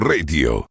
Radio